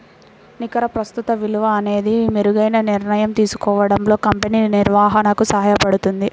నికర ప్రస్తుత విలువ అనేది మెరుగైన నిర్ణయం తీసుకోవడంలో కంపెనీ నిర్వహణకు సహాయపడుతుంది